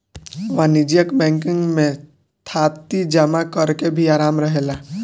वाणिज्यिक बैंकिंग में थाती जमा करेके भी आराम रहेला